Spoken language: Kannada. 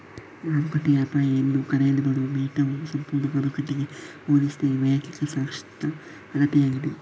ಮಾರುಕಟ್ಟೆಯ ಅಪಾಯ ಎಂದೂ ಕರೆಯಲ್ಪಡುವ ಬೀಟಾವು ಸಂಪೂರ್ಣ ಮಾರುಕಟ್ಟೆಗೆ ಹೋಲಿಸಿದರೆ ವೈಯಕ್ತಿಕ ಸ್ಟಾಕ್ನ ಅಳತೆಯಾಗಿದೆ